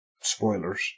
spoilers